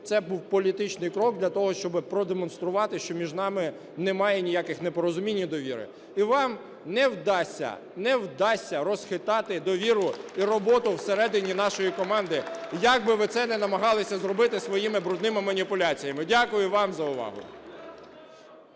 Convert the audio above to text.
це був політичний крок для того, щоби продемонструвати, що між нами немає ніяких непорозумінь і недовіри. І вам не вдасться, не вдасться розхитати довіру і роботу всередині нашої команди, як би ви це не намагалися зробити своїми брудними маніпуляціями. Дякую вам за увагу.